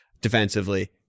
defensively